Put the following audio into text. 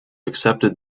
accepted